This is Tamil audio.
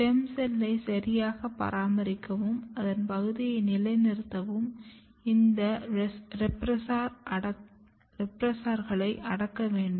ஸ்டெம் செல்லை சரியாக பராமரிக்கவும் அதன் பகுதியை நிலைநிறுத்தவும் இந்த ரெப்ரெஸ்ஸார்களை அடக்க வேண்டும்